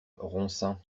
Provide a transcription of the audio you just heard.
ronsin